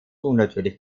unnatürlich